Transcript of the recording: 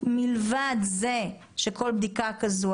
מלבד זה שכל בדיקה כזאת,